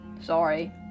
Sorry